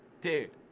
dude,